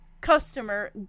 customer